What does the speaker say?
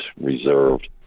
reserved